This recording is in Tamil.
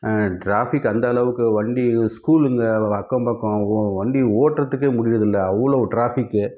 டிராஃபிக் அந்தளவுக்கு வண்டிகளும் ஸ்கூலுங்க அக்கம் பக்கம் வண்டி ஓட்டுறதுக்கே முடிகிறது இல்லை அவ்வளோ டிராஃபிக்கு